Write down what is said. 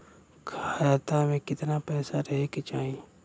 खाता में कितना पैसा रहे के चाही?